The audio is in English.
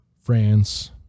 France